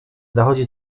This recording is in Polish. zachodzi